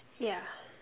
yeah